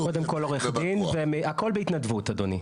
הכול בהתנדבות, אדוני.